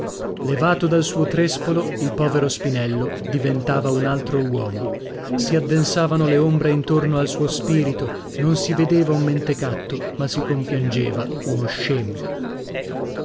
levato dal suo trèspolo il povero spinello diventava un altro uomo si addensavano le ombre intorno al suo spirito non si vedeva un mentecatto ma si compiangeva uno scemo